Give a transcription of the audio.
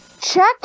check